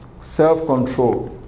self-control